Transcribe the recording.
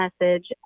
message